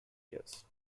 years